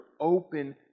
open